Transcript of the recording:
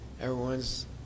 everyone's